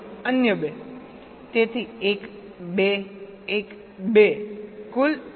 તેથી 1 2 1 2 કુલ 6